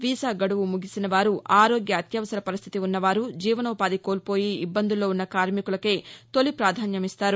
visa గడువు ముగిసిన వారు ఆరోగ్య అత్యవసర పరిస్టితి ఉన్నవారు జీవానోపాధి కోల్పోయి ఇబ్బందుల్లో ఉన్న కార్మికులకే తొలి పాధాస్యం ఇస్తారు